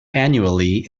annually